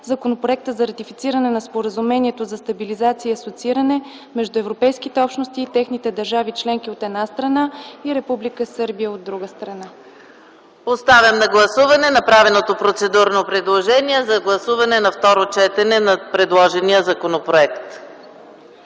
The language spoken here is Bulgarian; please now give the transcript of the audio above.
Законопроектът за ратифициране на Споразумението за стабилизиране и асоцииране между Европейските общности и техните държави членки, от една страна, и Република Сърбия, от друга страна. ПРЕДСЕДАТЕЛ ЕКАТЕРИНА МИХАЙЛОВА: Поставям на гласуване направеното процедурно предложение за гласуване на второ четене на предложения законопроект.